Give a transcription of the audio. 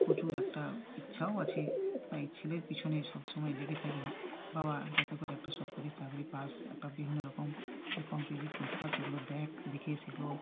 প্রচুর একটা ইচ্ছাও আছে তাই ছেলের পিছনে সব সময় লেগে থাকি বাবা যাতে করে একটা সরকারি চাকরি পাস একটা বিভিন্ন রকম যে কম্পিটিটিভ পরীক্ষা সেগুলো দেখ দেখে সেগুলো